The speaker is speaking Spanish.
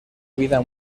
vida